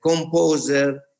composer